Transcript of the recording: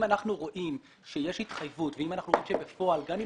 אם אנחנו רואים שיש התחייבות ואם אנחנו רואים שבפועל גם אם